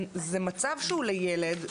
זה מצב שהוא לילד,